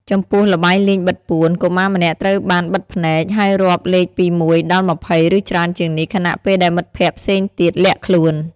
ចំពោះ ល្បែងលេងបិទពួន កុមារម្នាក់ត្រូវបានបិទភ្នែក ហើយរាប់លេខពី ១ ដល់ ២០ ឬច្រើនជាងនេះ ខណៈពេលដែលមិត្តភក្តិផ្សេងទៀតលាក់ខ្លួន ។